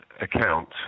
account